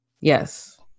Yes